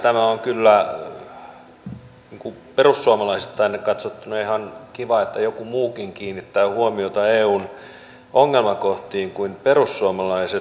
sinänsä on kyllä perussuomalaisittain katsottuna ihan kiva että joku muukin kiinnittää huomiota eun ongelmakohtiin kuin perussuomalaiset